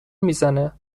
میزنه